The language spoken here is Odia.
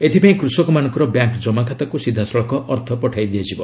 ଏଥିପାଇଁ କୃଷକମାନଙ୍କର ବ୍ୟାଙ୍କ୍ ଜମାଖାତାକୁ ସିଧାସଳଖ ଅର୍ଥ ପଠାଯିବ